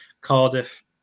Cardiff